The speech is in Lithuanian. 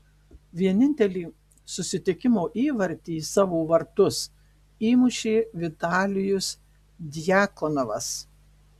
vienintelį susitikimo įvartį į savo vartus įmušė vitalijus djakonovas